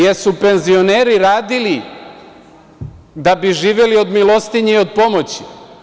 Da li su penzioneri radili da bi živeli od milostinje i od pomoći?